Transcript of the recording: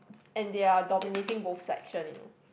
and they are dominating both segment you know